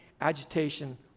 agitation